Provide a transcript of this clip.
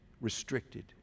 restricted